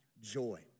joy